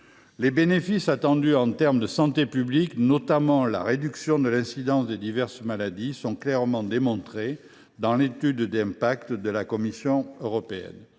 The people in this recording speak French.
Les bénéfices attendus en termes de santé publique, notamment la réduction de l’incidence des diverses maladies, sont clairement démontrés dans l’étude d’impact de la Commission européenne.